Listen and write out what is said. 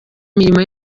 mirimo